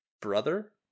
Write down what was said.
brother